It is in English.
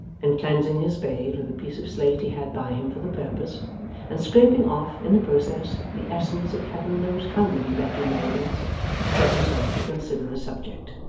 and cleansing his spade with a piece of slate he had by him for the purpose and scraping off, in the process, the essence of heaven knows how many becky morgans set himself to consider the subject.